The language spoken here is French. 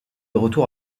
retour